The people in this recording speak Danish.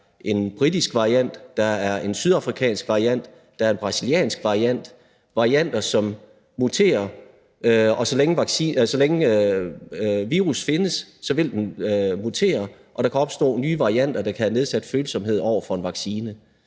både er en britisk variant, en sydafrikansk variant og en brasiliansk variant. Det er varianter, som muterer, og så længe virus findes, vil den mutere, og der kan opstå nye varianter, der kan have nedsat følsomhed over for en vaccine.